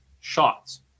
shots